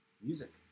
Music